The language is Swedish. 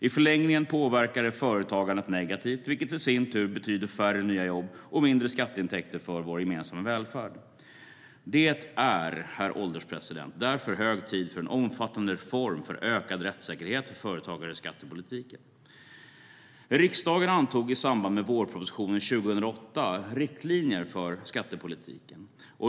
I förlängningen påverkar det företagandet negativt, vilket i sin tur betyder färre nya jobb och mindre skatteintäkter för vår gemensamma välfärd. Herr ålderspresident! Det är därför hög tid för en omfattande reform för ökad rättssäkerhet för företagare i skattepolitiken. Riksdagen antog i samband med vårpropositionen 2008 riktlinjer för skattepolitiken.